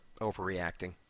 overreacting